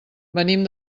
venim